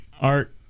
art